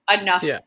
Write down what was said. enough